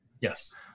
yes